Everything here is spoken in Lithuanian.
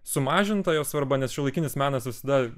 sumažinta jos svarba nes šiuolaikinis menas visada